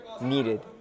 needed